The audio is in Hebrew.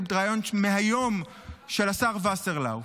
את הריאיון מהיום של השר וסרלאוף.